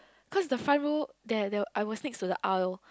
cause the front row there there I was next to the aisle